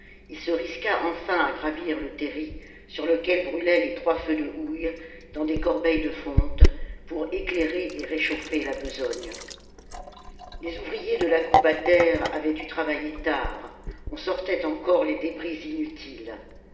il se risqua enfin à gravir le terri sur lequel brûlaient les trois feux de houille dans des corbeilles de fonte pour éclairer et réchauffer la besogne les ouvriers de la coupe à terre avaient dû travailler tard on sortait encore les débris inutiles